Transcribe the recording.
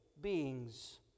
beings